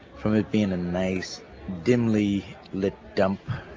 from it being a nice dimly lit dump,